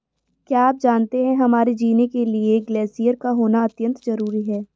क्या आप जानते है हमारे जीने के लिए ग्लेश्यिर का होना अत्यंत ज़रूरी है?